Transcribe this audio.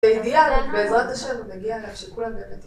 באידאל, בעזרת השם, נגיע שכולם ילדים.